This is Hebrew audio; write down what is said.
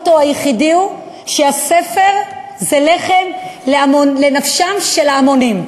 המוטו היחידי הוא שהספר זה לחם לנפשם של ההמונים,